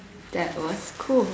that was cool